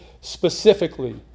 specifically